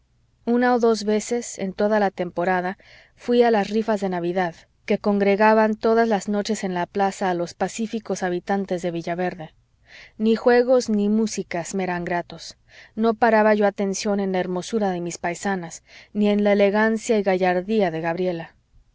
una o dos veces en toda la temporada fui a las rifas de navidad que congregaban todas las noches en la plaza a los pacíficos habitantes de villaverde ni juegos ni músicas me eran gratos no paraba yo atención en la hermosura de mis paisanas ni en la elegancia y gallardía de gabriela